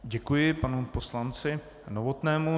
Děkuji panu poslanci Novotnému.